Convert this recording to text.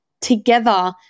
together